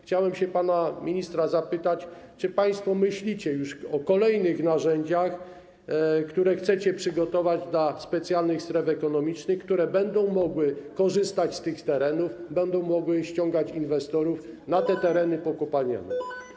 Chciałbym się pana ministra zapytać, czy państwo myślicie już o kolejnych narzędziach, które chcecie przygotować dla specjalnych stref ekonomicznych, które będą mogły korzystać z tych terenów, będą mogły ściągać inwestorów na te tereny pokopalniane.